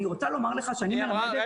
אני רוצה לומר לך ש- -- רגע,